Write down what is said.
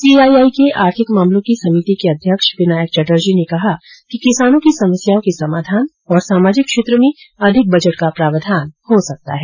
C I I के आर्थिक मामलों को समिति के अध्यक्ष विनायक चटर्जी ने कहा कि किसानों की समस्याओं के समाधान और सामाजिक क्षेत्र में अधिक बजट का प्रावधान हो सकता है